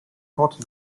comte